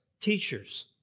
teachers